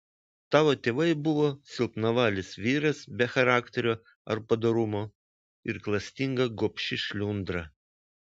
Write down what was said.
tavo tėvai buvo silpnavalis vyras be charakterio ar padorumo ir klastinga gobši šliundra